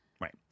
right